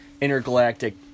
intergalactic